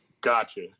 gotcha